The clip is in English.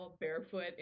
barefoot